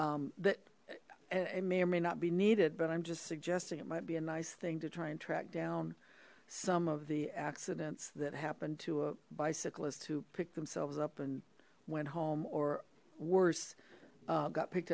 it may or may not be needed but i'm just suggesting it might be a nice thing to try and track down some of the accidents that happen to a bicyclist who pick themselves up and went home or worse got picked